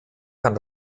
kann